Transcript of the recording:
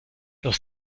los